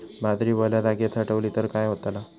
बाजरी वल्या जागेत साठवली तर काय होताला?